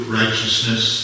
righteousness